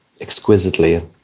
exquisitely